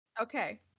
Okay